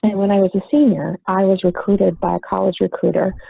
and when i was a senior, i was recruited by a college recruiter